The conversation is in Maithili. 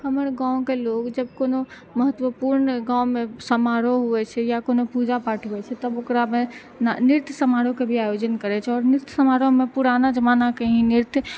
हमर गाँवके लोक जब कोनो महत्वपूर्ण गाँवमे समारोह होइ छै या कोनो पूजापाठ होइ छै तब ओकरामे नृत्य समारोहके भी आयोजन करै छै आओर नृत्य समारोहमे पुराना जमानाके ही नृत्य